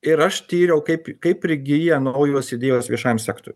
ir aš tyriau kaip kaip prigyja naujos idėjos viešajam sektoriui